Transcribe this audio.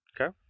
Okay